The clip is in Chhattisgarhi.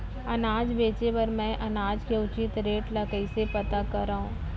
अनाज बेचे बर मैं अनाज के उचित रेट ल कइसे पता करो?